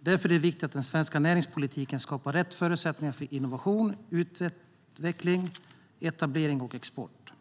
Därför är det viktigt att den svenska näringspolitiken skapar rätt förutsättningar för innovation, utveckling, etablering och export.